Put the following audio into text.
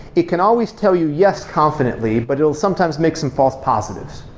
it can always tell you, yes, confidently, but it'll sometimes make some false positives,